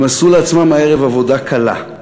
הם עשו לעצמם הערב עבודה קלה.